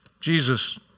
Jesus